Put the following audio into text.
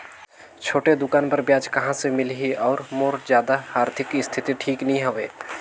छोटे दुकान बर ब्याज कहा से मिल ही और मोर जादा आरथिक स्थिति ठीक नी हवे?